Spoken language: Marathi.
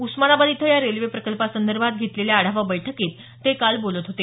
उस्मानाबाद इथं या रेल्वे प्रकल्पासंदर्भात घेतलेल्या आढावा बैठकीत ते बोलत होते